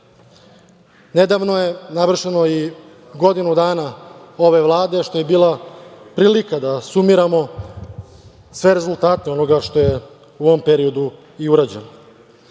je navršeno i godinu dana ove Vlade, što je bila prilika da sumiramo sve rezultate onoga što je u ovom periodu i urađeno. Kroz